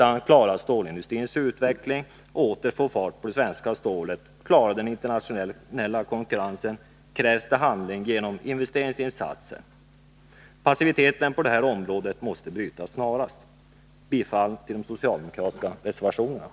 Skall vi klara stålindustrins utveckling och få fart på det svenska stålet, och skall vi klara den internationella konkurrensen, krävs handling genom investeringsinsatser. Passiviteten på detta område måste brytas snarast. Jag yrkar bifall till de socialdemokratiska reservationerna.